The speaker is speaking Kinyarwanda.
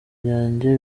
byanjye